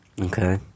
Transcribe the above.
Okay